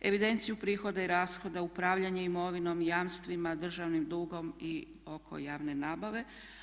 evidenciju prihoda i rashoda, upravljanje imovinom, jamstvima, državnim dugom i oko javne nabave.